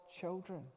children